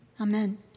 Amen